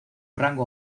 rango